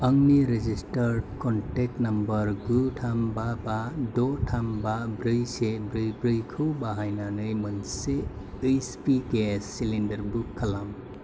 आंनि registered contact number गु थाम बा बा द' थाम बा ब्रै से ब्रै ब्रैखौ बाहायनानै मोनसे H P gas cylinder book खालाम